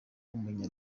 w’umunya